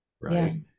Right